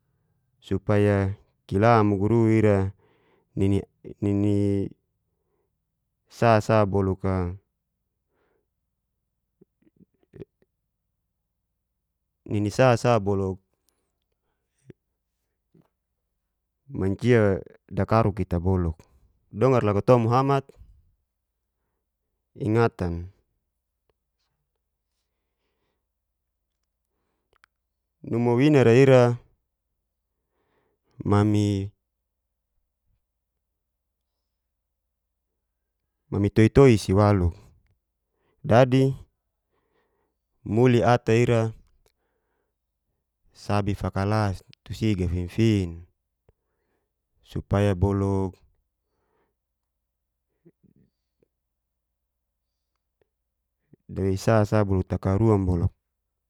Supai'a kira muguru ira nini sasa mancia dakaruk kita boluk'a dongar loka to muhamat ingatan numwawinara ira mami toi-toi si waluk dadi muli ata ira sabbi fakalas tu si gafinfin supaya boluk dawei sasa boluk takarun boluk.